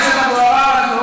זה נתון שנתן משרד החינוך.